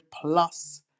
plus